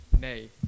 nay